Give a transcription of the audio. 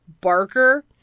Barker